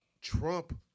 Trump